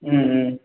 ம் ம்